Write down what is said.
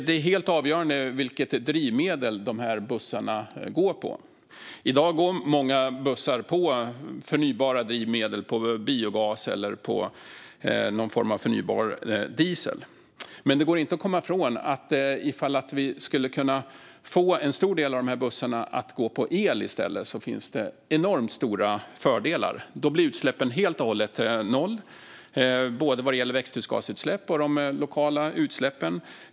Det är helt avgörande vilket drivmedel de här bussarna går på. I dag går många bussar på förnybara drivmedel - på biogas eller någon form av förnybar diesel. Men det går inte att komma ifrån att ifall vi skulle kunna få en stor andel av de här bussarna att i stället gå på el finns det enormt stora fördelar. Då blir utsläppen helt och hållet noll, både växthusgasutsläpp och lokala utsläpp.